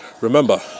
Remember